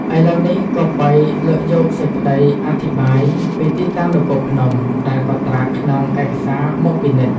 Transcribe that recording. ឥឡូវនេះ គប្បីលើកយកសេចក្តីអធិប្បាយពីទីតាំងនគរភ្នំ ដែលកត់ត្រាក្នុង ឯកសារមកពិនិត្យ ។